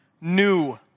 New